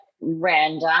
random